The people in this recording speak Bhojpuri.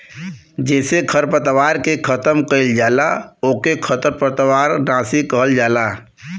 जेसे खरपतवार के खतम कइल जाला ओके खरपतवार नाशी कहल जाला